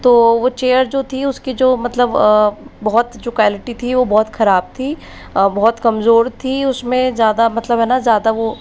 तो वो चेयर जो थी उसकी जो मतलब बहुत जो कैलिटी थी वो बहुत खराब थी बहुत कमज़ोर थी उसमें ज़्यादा मतलब हैं ना ज़्यादा वो